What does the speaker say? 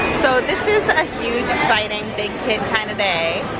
so this is a huge exciting big kid kind of day.